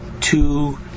two